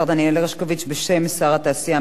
המסחר והתעסוקה שלום שמחון.